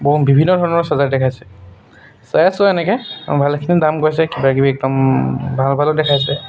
বম বিভিন্ন ধৰণৰ চাৰ্জাৰ দেখাইছে চাই আছো এনেকৈ ভালেখিনি দাম কৈছে কিবাকিবি একদম ভাল ভালো দেখাইছে